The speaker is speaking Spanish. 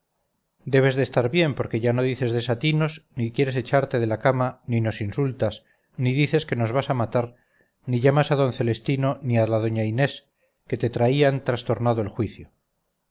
debes de estar bien porque ya no dices desatinos ni quieres echarte de la cama ni nos insultas ni dices que nos vas a matar ni llamas a d celestino ni a la doña inés que te traían trastornado el juicio